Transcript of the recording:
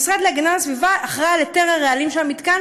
המשרד להגנת הסביבה אחראי להיתר הרעלים של המתקן